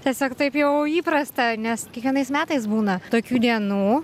tiesiog taip jau įprasta nes kiekvienais metais būna tokių dienų